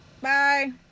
Bye